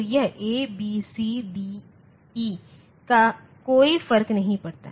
तो यह A B C DE का कोई फर्क नहीं पड़ता